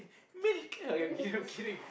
milk okay I'm kidding I'm kidding